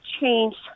changed